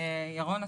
ירון גולן,